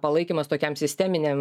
palaikymas tokiam sisteminiam